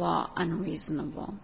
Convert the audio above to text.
law and reasonable